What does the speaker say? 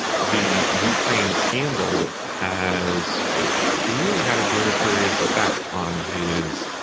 the ukraine scandal has really had a deleterious effect on his